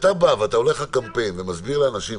כשאתה הולך על קמפיין ומסביר לאנשים,